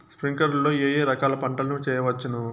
స్ప్రింక్లర్లు లో ఏ ఏ రకాల పంటల ను చేయవచ్చును?